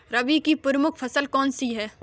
रबी की प्रमुख फसल कौन सी है?